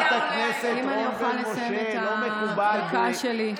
אם אני אוכל לסיים את הדקה שלי.